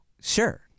sure